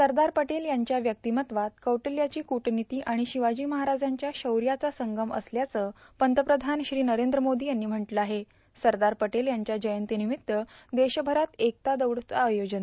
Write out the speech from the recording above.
सरदार पटेल यांच्या व्यक्तिमत्त्वात कौटिल्याची कूटर्नीर्त आर्गण र्शवाजी महाराजांच्या शौऱ्याचा संगम असल्याचं पंतप्रधान श्री नरद्र मोदी यांनी म्हटलं आहे सरदार पटेल यांच्या जयंतीनिमित्त देशभरात एकता दौडचं आयोजन